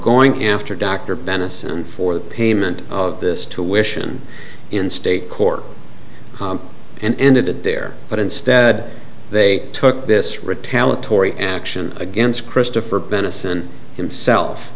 going after dr bennis and for the payment of this to wish and in state court and ended it there but instead they took this retaliatory and action against christopher benison himself